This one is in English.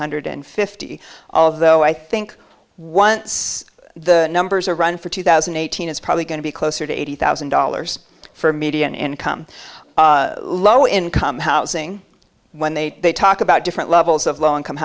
hundred fifty of though i think once the numbers are run for two thousand and eighteen it's probably going to be closer to eighty thousand dollars for a median income low income housing when they talk about different levels of low income